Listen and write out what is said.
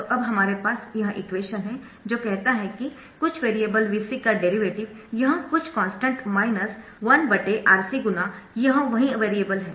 तो अब हमारे पास यह एक्सप्रेशन है जो कहता है कि कुछ वेरिएबल Vc का डेरिवेटिव यह कुछ कॉन्स्टन्ट माइनस 1 R C गुना यह वही वेरिएबल है